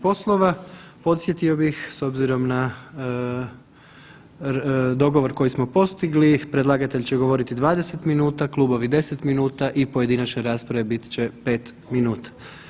Podsjetio bih s obzirom na dogovor koji smo postigli, predlagatelj će govoriti 20 minuta, klubovi 10 minuta i pojedinačne rasprave biti će 5 minuta.